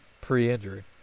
pre-injury